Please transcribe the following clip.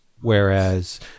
Whereas